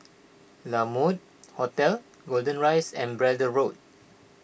La Mode Hotel Golden Rise and Braddell Road